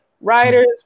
Writers